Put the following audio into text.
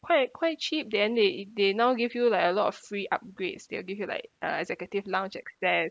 quite eh quite cheap then they they now give you like a lot of free upgrades they will give you like uh executive lounge access